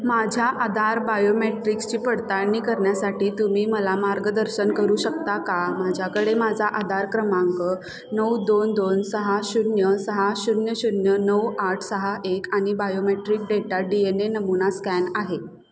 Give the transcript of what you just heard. माझ्या आधार बायोमेट्रिक्सची पडताळणी करण्यासाठी तुम्ही मला मार्गदर्शन करू शकता का माझ्याकडे माझा आधार क्रमांक नऊ दोन दोन सहा शून्य सहा शून्य शून्य नऊ आठ सहा एक आणि biometric data D N A नमूना स्कॅन आहे